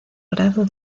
grado